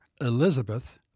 Elizabeth